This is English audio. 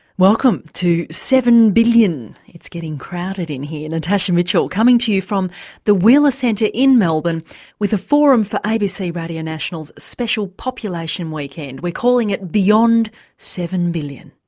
welcome to seven billion it's getting crowded in here. natasha mitchell coming to you from the wheeler centre in melbourne with a forum for abc radio national's special population weekend we're calling it beyond seven billion.